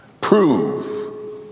prove